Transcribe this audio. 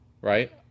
right